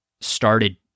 started